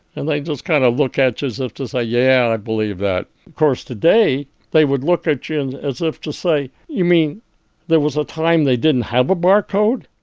and like just kind of look at you as if to say, yeah, i believe that. of course, today they would look at you and as if to say, you mean there was a time they didn't have a barcode?